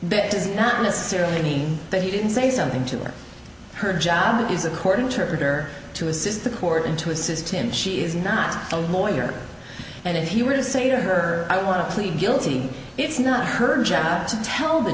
bit does not necessarily mean that he didn't say something to her her job is according to her to assist the court and to assist him she is not a lawyer and if you were to say to her i want to plead guilty it's not her job to tell the